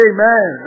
Amen